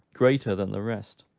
greater than the rest